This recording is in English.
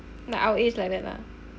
like our age like that lah